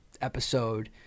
episode